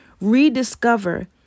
rediscover